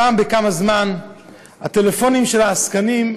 פעם בכמה זמן הטלפונים של העסקנים,